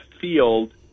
field